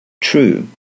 True